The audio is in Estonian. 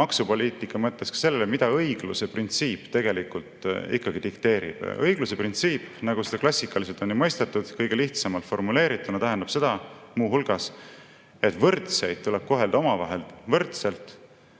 maksupoliitika mõttes ka sellele, mida õigluse printsiip tegelikult ikkagi dikteerib. Õigluse printsiip, nagu seda klassikaliselt on mõistetud, kõige lihtsamalt formuleerituna tähendab muu hulgas seda, et võrdseid tuleb kohelda omavahel võrdselt,